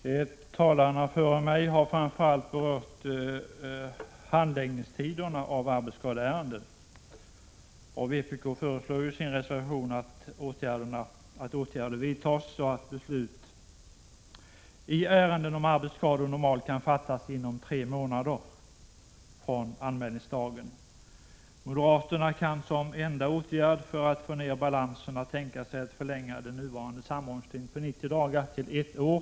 Fru talman! Talarna före mig har framför allt berört handläggningstiderna i arbetsskadeärenden. Vpk föreslår i sin reservation att åtgärder vidtas så att beslut i ärenden om arbetsskador normalt kan fattas inom tre månader från anmälningsdagen. Moderaterna kan som enda åtgärd för att få ner balanserna tänka sig att förlänga den nuvarande samordningstiden på 90 dagar till ett år.